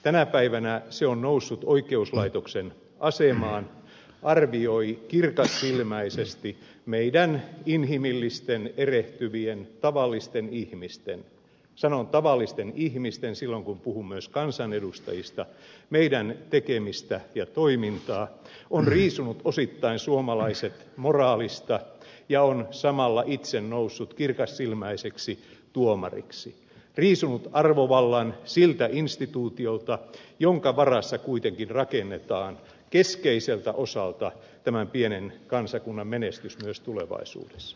tänä päivänä se on noussut oikeuslaitoksen asemaan arvioi kirkassilmäisesti meidän inhimillisten erehtyvien tavallisten ihmisten sanon tavallisten ihmisten silloin kun puhun myös kansanedustajista tekemistämme ja toimintaamme on riisunut osittain suomalaiset moraalista ja on samalla itse noussut kirkassilmäiseksi tuomariksi riisunut arvovallan siltä instituutiolta jonka varassa kuitenkin rakennetaan keskeiseltä osalta tämän pienen kansakunnan menestys myös tulevaisuudessa